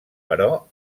però